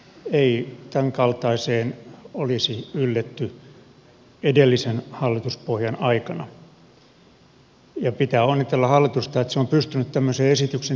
ei tämänkaltaiseen olisi ylletty edellisen hallituspohjan aikana ja pitää onnitella hallitusta että se on pystynyt tämmöisen esityksen tekemään